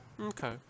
Okay